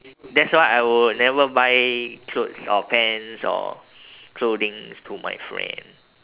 that's why I would never buy clothes or pants or clothings to my friend